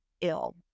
ill